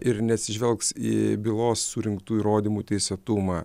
ir neatsižvelgs į bylos surinktų įrodymų teisėtumą